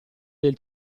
del